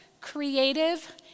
creative